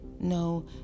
no